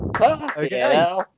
Okay